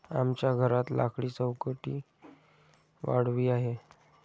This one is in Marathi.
आमच्या घरात लाकडी चौकटीत वाळवी आहे